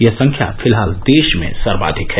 यह संख्या फिलहाल देश में सर्वाधिक है